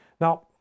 Now